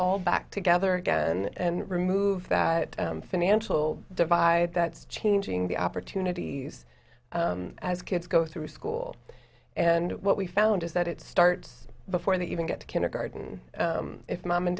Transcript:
all back together again and remove that financial divide that's changing the opportunities as kids go through school and what we found is that it starts before they even get to kindergarten if mom and